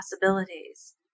possibilities